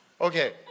Okay